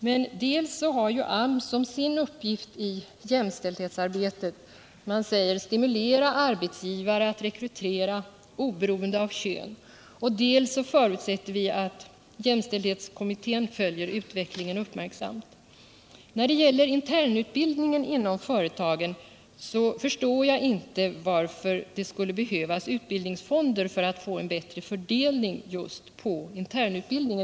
Men dels har AMS till uppgift i jämställdhetsarbetet att stimulera arbetsgivare att rekrytera oberoende av kön, dels förutsätter vi att jämställdhetskommittén uppmärksamt följer utvecklingen. Jag förstår inte varför det skulle behövas utbildningsfonder för att få till stånd en bättre fördelning av internutbildningen inom företagen.